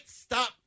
stop